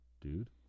dude